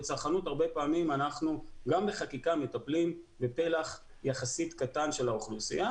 בצרכנות הרבה פעמים אנחנו מטפלים יחסית בפלח קטן של האוכלוסייה.